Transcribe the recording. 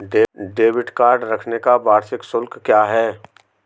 Debit card रखने का वार्षिक शुल्क क्या है?